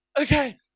Okay